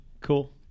cool